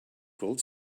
gold